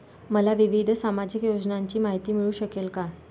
मला विविध सामाजिक योजनांची माहिती मिळू शकेल का?